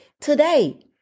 today